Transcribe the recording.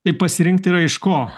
tai pasirinkti yra iš ko